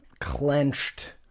clenched